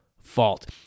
fault